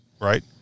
right